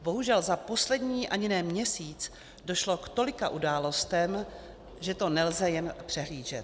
Bohužel za poslední ani ne měsíc došlo k tolika událostem, že to nelze jen přehlížet.